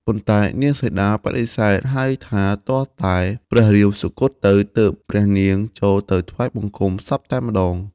ប៉ុន្តែនាងសីតាបដិសេធហើយថាទាល់តែព្រះរាមសុគតទៅ ទើបព្រះនាងចូលទៅថ្វាយបង្គំសពតែម្តង។